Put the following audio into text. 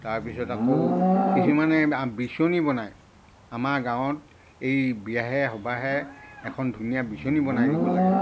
তাৰপিছত আকৌ কিছুমানে আ বিচনী বনায় আমাৰ গাঁৱত এই বিয়াহে সবাহে এখন ধুনীয়া বিচনী বনাই দিব লাগে